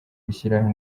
gushyiraho